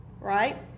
right